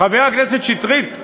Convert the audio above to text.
חבר הכנסת שטרית,